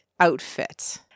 Outfit